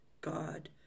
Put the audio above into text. God